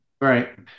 Right